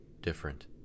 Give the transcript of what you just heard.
different